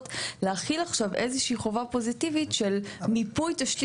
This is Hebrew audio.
להחיל עכשיו איזה שהיא חובה פוזיטיבית של מיפוי תשתית